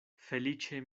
feliĉe